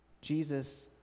Jesus